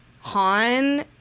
Han